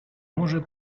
może